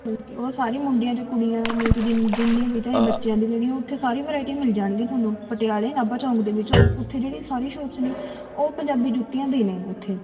ਮਤਲਬ ਕਿ ਉਹ ਸਾਰੀ ਮੁੰਡਿਆਂ ਅਤੇ ਕੁੜੀਆਂ ਮਤਲਬ ਕੀ ਜਿੰਨੇ ਜਿੰਨੇ ਵੀ ਚਾਹੇ ਬੱਚਿਆਂ ਦੀ ਲੈਣੀ ਆ ਉੱਥੇ ਸਾਰੀ ਵਰਾਇਟੀ ਮਿਲ ਜਾਣਗੀਆਂ ਤੁਹਾਨੂੰ ਪਟਿਆਲੇ ਨਾਭਾ ਚੌਂਕ ਦੇ ਵਿੱਚ ਉ ਉੱਥੇ ਜਿਹੜੀ ਸਾਰੀ ਸ਼ੋਪਸ ਨੇ ਉਹ ਪੰਜਾਬੀ ਜੁੱਤੀਆਂ ਦੀ ਨੇ ਉੱਥੇ